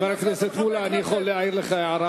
חבר הכנסת מולה, אני רוצה להעיר לך הערה.